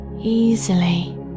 easily